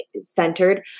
centered